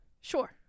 Sure